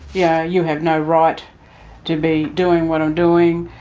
yeah you have no right to be doing what i'm doing,